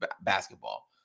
basketball